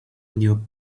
new